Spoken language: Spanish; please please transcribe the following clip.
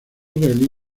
israelí